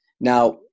Now